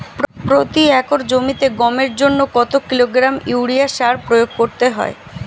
প্রতি একর জমিতে গমের জন্য কত কিলোগ্রাম ইউরিয়া সার প্রয়োগ করতে হয়?